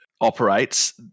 operates